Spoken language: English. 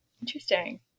Interesting